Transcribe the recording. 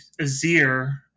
Azir